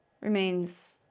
remains